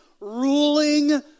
ruling